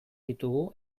ditugu